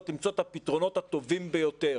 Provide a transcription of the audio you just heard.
למצוא את הפתרונות הטובים ביותר.